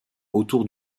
autour